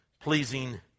pleasing